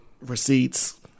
Receipts